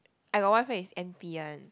I got one friend is n_p one